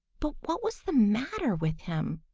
but what was the matter with him?